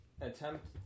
attempt